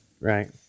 right